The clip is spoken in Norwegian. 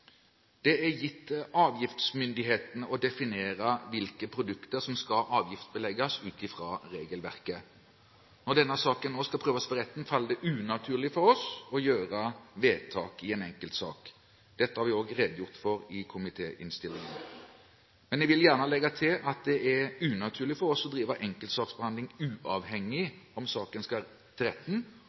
Det er gitt avgiftsmyndighetene å definere hvilke produkter som skal avgiftsbelegges, ut fra regelverket. Når denne saken nå skal prøves for retten, faller det unaturlig for oss å gjøre vedtak i en enkeltsak. Dette har vi også redegjort for i komitéinnstillingen. Men jeg vil gjerne legge til at det er unaturlig for oss å drive enkeltsaksbehandling uavhengig av om saken skal